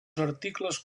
articles